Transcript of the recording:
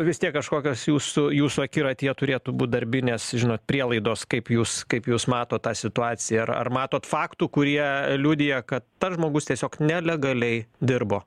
vis tiek kažkokios jūsų jūsų akiratyje turėtų būt darbinės žinot prielaidos kaip jūs kaip jūs matot tą situaciją ar ar matot faktų kurie liudija kad tas žmogus tiesiog nelegaliai dirbo